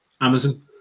Amazon